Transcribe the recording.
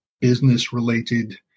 business-related